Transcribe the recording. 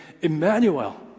Emmanuel